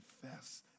confess